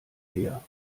her